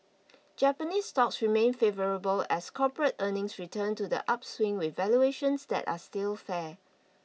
Japanese stocks remain favourable as corporate earnings return to the upswing with valuations that are still fair